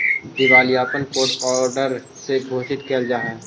दिवालियापन court order से घोषित कैल जा हई